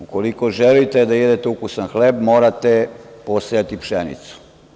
Ukoliko želite da jedete ukusan hleb, morate posejati pšenicu.